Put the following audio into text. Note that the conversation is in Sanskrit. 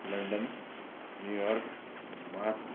London New York mask